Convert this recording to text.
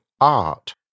art